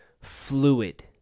fluid